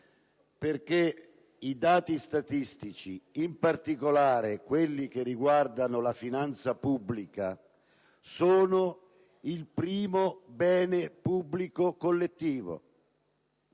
luogo, i dati statistici, in particolare quelli che riguardano la finanza pubblica, sono il primo bene pubblico collettivo;